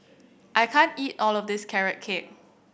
I can't eat all of this Carrot Cake